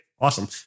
Awesome